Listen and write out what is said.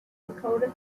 dakota